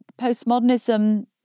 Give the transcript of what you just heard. postmodernism